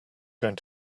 going